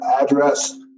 address